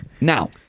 Now